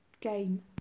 game